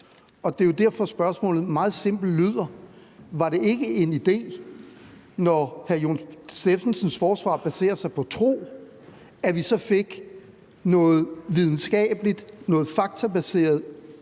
og det er jo derfor, spørgsmålet meget simpelt lyder: Var det ikke en idé, når hr. Jon Stephensens forsvar baserer sig på tro, at vi så fik noget videnskabeligt, noget faktabaseret